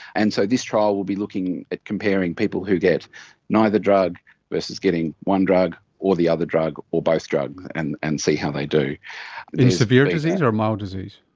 and so this trial will be looking at comparing people who get neither drug versus getting one drug or the other drug or both drugs and and see how they do. in severe disease or mild disease?